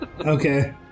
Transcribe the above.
Okay